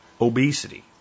obesity